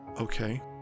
Okay